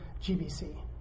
GBC